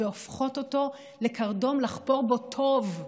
והופכות אותו לקרדום לחפור בו טוב,